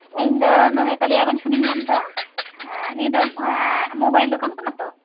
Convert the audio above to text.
ᱤᱧᱫᱚ ᱱᱚᱸᱰᱮ ᱠᱟᱞᱤᱭᱟᱜᱚᱧᱡ ᱠᱷᱚᱱᱤᱧ ᱢᱮᱱᱫᱟ ᱱᱤᱭᱟᱹ ᱫᱚ ᱢᱳᱵᱟᱭᱤᱞ ᱫᱚᱠᱟᱱ ᱠᱟᱱᱟ ᱛᱚ